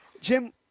Jim